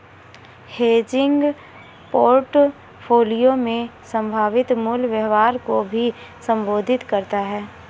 hedging portfolio में संभावित मूल्य व्यवहार को भी संबोधित करता हैं